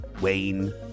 Wayne